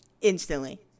Instantly